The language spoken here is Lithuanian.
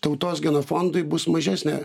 tautos genofondui bus mažesnė